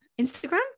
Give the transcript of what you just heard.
Instagram